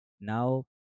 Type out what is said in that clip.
Now